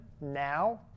now